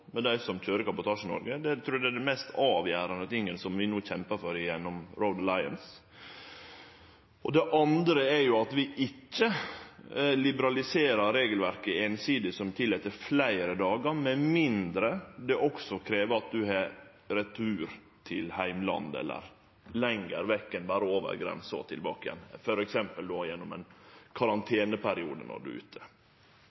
med dei som køyrer kabotasje i Noreg. Det trur eg er den mest avgjerande tingen vi no kjempar for gjennom Road Alliance. Det andre er at vi ikkje liberaliserer regelverket einsidig og tillèt fleire dagar, med mindre det også krev at ein har retur til heimlandet eller lenger vekk enn berre over grensa og tilbake igjen, f.eks. gjennom ein